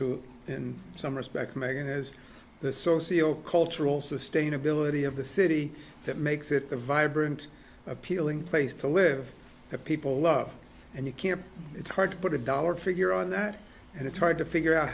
to in some respect meghan is the socio cultural sustainability of the city that makes it a vibrant appealing place to live that people love and you can't it's hard to put a dollar figure on that and it's hard to figure out